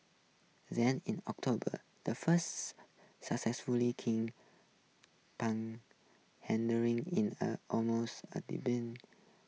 then in October the first successful king penguin handering in a almost a